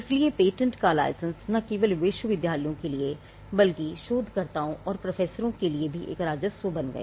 इसलिए पेटेंट का लाइसेंस न केवल विश्वविद्यालयों के लिए बल्कि शोधकर्ताओं और प्रोफेसरों के लिए भी एक राजस्व बन गया